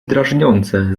drażniące